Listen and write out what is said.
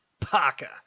Parker